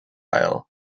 aisle